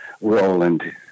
Roland